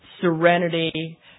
serenity